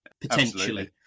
Potentially